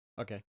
Okay